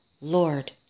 Lord